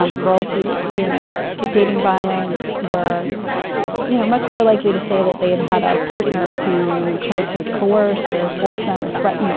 um girls who'd experienced dating violence were you know much more likely to say that they had had a partner who tried to coerce or force them or threaten, you know,